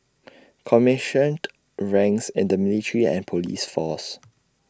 commissioned ranks in the military and Police force